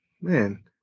man